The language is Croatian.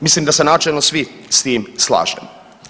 Mislim da se načelno svi s tim slažemo.